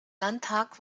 landtag